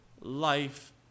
life